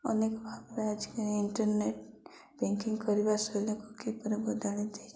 ଅନେକ ଭାବରେ ଆଜିକାଲି ଇଣ୍ଟରନେଟ ବ୍ୟାଙ୍କିଂ କରିବା ଶୈଳୀକୁ କିପରି ବଦଳାଇଦେଇ